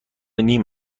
نیم